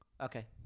Okay